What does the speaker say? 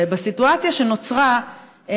בסיטואציה שנוצרה,